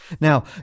Now